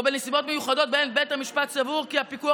או בנסיבות מיוחדות שבהן בית המשפט סבור כי הפיקוח